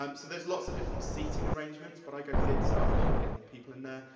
um so there's lots of different seating arrangements, but i go theatre style, cause you can get more people in there.